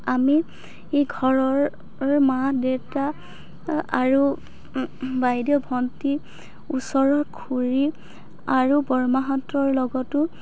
আমি ঘৰৰ মা দেতা আৰু বাইদেউ ভণ্টি ওচৰৰ খুৰী আৰু বৰমাহঁতৰ লগতো